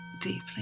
deeply